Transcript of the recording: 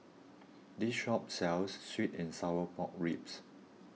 this shop sells Sweet and Sour Pork Ribs